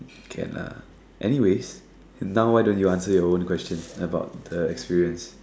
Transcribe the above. can lah anyways now why don't you answer your own question about the experience